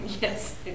Yes